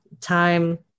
time